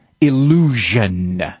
illusion